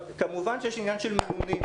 כמובן שיש עניין של מינונים